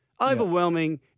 Overwhelming